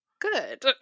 good